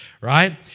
right